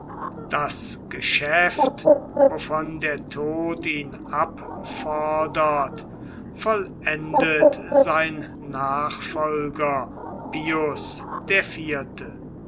das geschäft wovon der tod ihn abfordert vollendet sein nachfolger pius